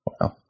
Wow